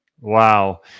Wow